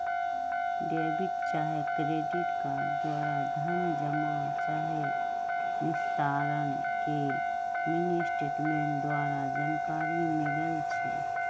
debit चाहे credit card द्वारा धन जमा चाहे निस्तारण के मिनीस्टेटमेंट द्वारा जानकारी मिलइ छै